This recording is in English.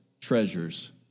treasures